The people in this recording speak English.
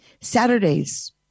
Saturdays